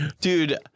dude